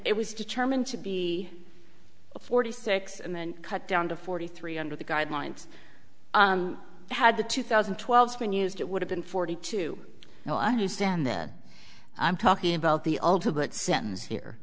it was determined to be forty six and then cut down to forty three under the guidelines had the two thousand and twelve been used it would have been forty two now i understand that i'm talking about the ultimate sentence here